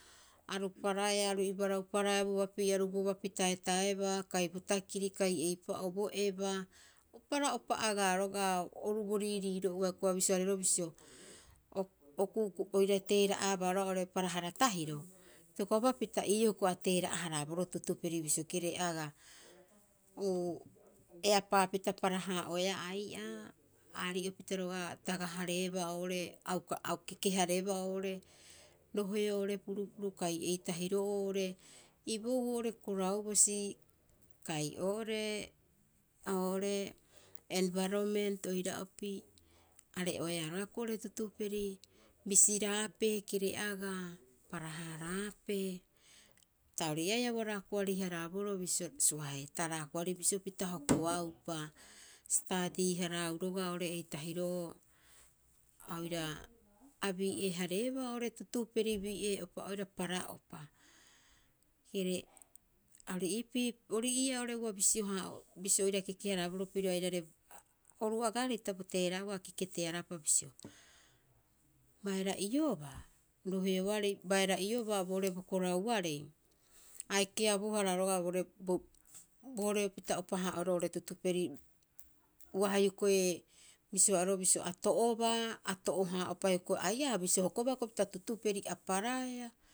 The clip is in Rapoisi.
Aru paraea aru ibarau paraea bo bapi aru bo bapi taetaeba, kai botakiri kai eipa'oo bo eba o para'opa agaa roga'a. Oru bo riiriiro'oa hioko'i a bisio hareeroo bisio, o kuuku'u oira teera'aba roga'a oo'ore para hara tahiro, itokopapita ii'oo hioko'i a teera'a- haraaboroo tutuperi bisio kere'aga uu, eapaapita para- haa'oea ai'aa. A arii'opita roga'a taga hareeba oo'ore a uka a kekehareebaa oo'ore roheo oo'ore purupuru. Kai ei tahiro'oo oo'ore iboou oo'ore korau basi, kai oo'ore, oo'ore enbarabent oira'opi. Are'oeaa roga'a hioko'i oo'ore tutuperi bisiraape kere'aga para- haraape. Hapita ori ii'aa haia ua raako ari- haraaboroo hisio suaheetaa bisio pita hokoaupa. Sitarii- haraau roga'a oo'ore ei tahiro'oo a oira, a bii'e hareeba oo'ore tutuperi biee'upa oira para'upa. Kere ori iipii, ori ii'aa oo'ore ua bisio- haa'oero, bisio aira kekeharaboroo pirio airari. Oru agaarei hita bo teeraa'oa, akeke tearapa bisio, baera'iobaa roheoarei, baera'iobaa boo'ore bo korauarei a ekeabohara roga'a oo'ore, oo'ore pita opa'haa'oeroo oo'ore tutuperi. Uaha hiokoi bisio haa'oero bisio ato'oba ato'ohaa'upa hioko'i, ai'aa a bisio hokoba hiokoi bisio pita tutuperi, a paraea.